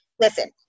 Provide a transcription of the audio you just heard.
listen